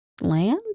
land